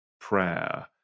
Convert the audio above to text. prayer